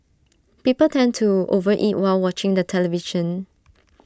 people tend to over eat while watching the television